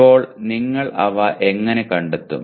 ഇപ്പോൾ നിങ്ങൾ അവ എങ്ങനെ കണ്ടെത്തും